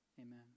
Amen